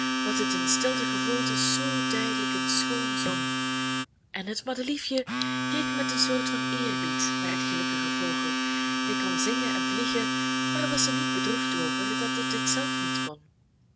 wat het in stilte gevoelde zoo duidelijk en schoon zong en het madeliefje keek met een soort van eerbied naar den gelukkigen vogel die kon zingen en vliegen maar was er niet bedroefd over dat het dit zelf niet kon